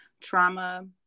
Trauma